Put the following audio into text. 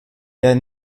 der